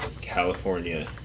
California